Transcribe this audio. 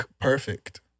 perfect